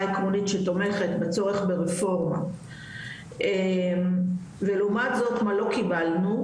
העקרונית שתומכת בצורך ברפורמה ולעומת זאת מה לא קיבלנו,